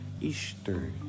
Easter